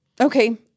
Okay